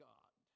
God